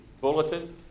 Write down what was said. bulletin